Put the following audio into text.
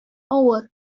авыр